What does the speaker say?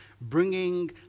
bringing